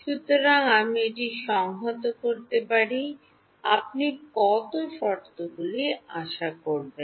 সুতরাং আমি এটি সংহত করতে পারি আপনি কত শর্তাবলী আশা করবেন